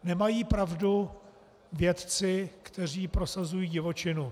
Nemají pravdu vědci, kteří prosazují divočinu.